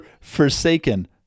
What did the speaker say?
Forsaken